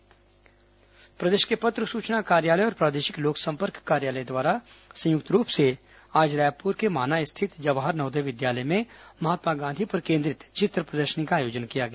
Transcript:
PIB चित्र प्रदर्शनी प्रदेश के पत्र सूचना कार्यालय और प्रादेशिक लोकसंपर्क कार्यालय द्वारा संयुक्त रूप से आज रायपुर में माना स्थित जवाहर नवोदय विद्यालय में महात्मा गांधी पर केंद्रित चित्र प्रदर्शनी का आयोजन किया गया